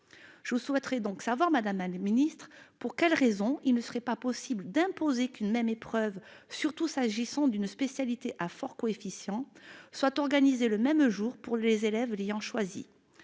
niveau de difficulté. Madame la ministre, pour quelles raisons n'est-il pas possible d'imposer qu'une même épreuve, surtout s'agissant d'une spécialité à fort coefficient, soit organisée le même jour pour tous les élèves l'ayant choisie